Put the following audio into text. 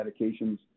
medications